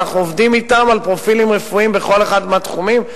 ואנחנו עובדים אתם על פרופילים רפואיים בכל אחד מהתחומים,